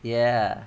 ya